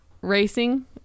racing